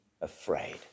afraid